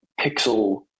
pixel